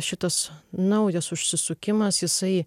šitas naujas užsisukimas jisai